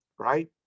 Right